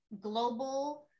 global